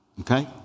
Okay